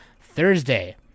Thursday